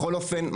בכל אופן,